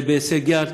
שזה בהישג יד,